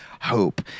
hope